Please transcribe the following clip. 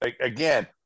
Again